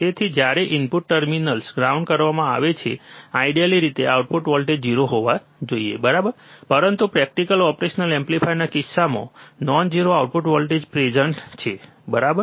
તેથી જ્યારે input terminals ground કરવામાં આવે છે આઈડેલી રીતે આઉટપુટ વોલ્ટેજ 0 હોવા જોઈએ બરાબર પરંતુ પ્રેક્ટિકલ ઓપરેશનલ એમ્પ્લીફાયરના કિસ્સામાં નોન 0 આઉટપુટ વોલ્ટેજ પ્રેઝન્ટ છે બરાબર